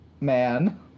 man